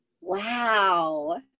Wow